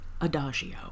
Adagio